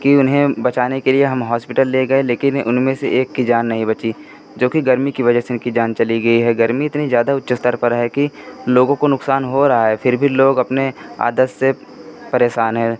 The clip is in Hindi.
कि उन्हें बचाने के लिए हम हॉस्पिटल ले गए लेकिन उनमें से एक की जान नहीं बची जोकि गर्मी की वजह से उनकी जान चली गई है गर्मी इतनी ज़्यादा उच्च स्तर पर है कि लोगों को नुक़सान हो रहा है फिर भी लोग अपनी आदत से परेशान हैं